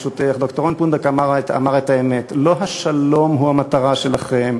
ברשותך ד"ר רון פונדק אמר את האמת: לא השלום הוא המטרה שלכם.